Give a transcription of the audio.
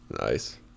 nice